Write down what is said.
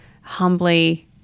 humbly